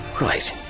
Right